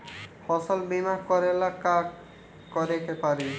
फसल बिमा करेला का करेके पारी?